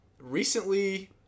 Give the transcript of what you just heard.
recently